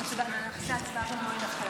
אושרה בקריאה הטרומית ותעבור לוועדת העבודה